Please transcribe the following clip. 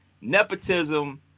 nepotism